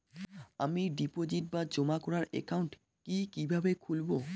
আমি ডিপোজিট বা জমা করার একাউন্ট কি কিভাবে খুলবো?